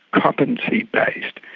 competency based,